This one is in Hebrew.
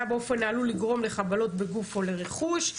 באופן העלול לגרום לחבלות בגוף או לרכוש,